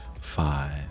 five